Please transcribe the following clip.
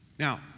Now